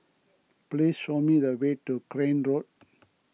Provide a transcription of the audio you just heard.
please show me the way to Crane Road